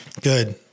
Good